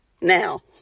now